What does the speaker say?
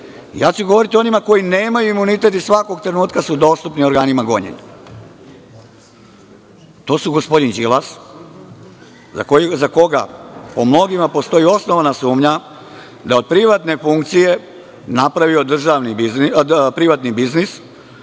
Ja ću govoriti o onima koji nemaju imunitet i svakog trenutka su dostupni organima gonjenja. To su gospodin Đilas, za koga po mnogima postoji osnovana sumnja da je od privatne funkcije napravio privatni biznis,